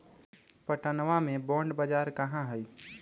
पटनवा में बॉण्ड बाजार कहाँ हई?